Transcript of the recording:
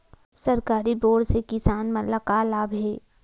सरकारी बोर से किसान मन ला का लाभ हे?